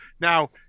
Now